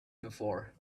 before